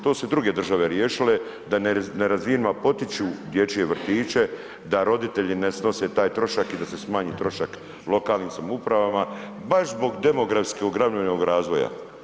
To su druge države riješile da nerazvijenima potiču dječje vrtiće da roditelji ne snose taj trošak i da se smanji trošak lokalnim samoupravama baš zbog demografskog … [[ne razumije se]] razvoja.